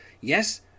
yes